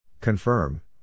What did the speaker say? Confirm